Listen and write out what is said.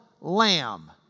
lamb